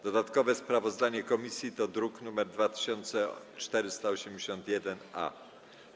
Dodatkowe sprawozdanie komisji to druk nr 2481-A.